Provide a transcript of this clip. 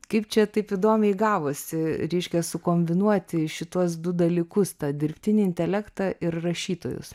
kaip čia taip įdomiai gavosi reiškia sukombinuoti šituos du dalykus tą dirbtinį intelektą ir rašytojus